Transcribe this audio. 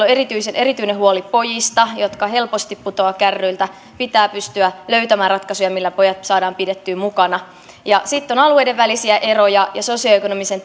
on erityinen huoli pojista jotka helposti putoavat kärryiltä pitää pystyä löytämään ratkaisuja millä pojat saadaan pidettyä mukana sitten on alueiden välisiä eroja ja sosioekonomisen